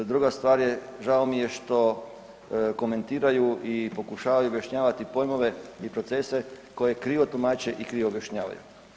Druga stvar je, žao mi je što komentiraju i pokušavaju objašnjavati pojmove i procese koje krivo tumače i krivo objašnjavaju.